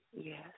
Yes